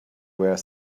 where